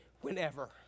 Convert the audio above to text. whenever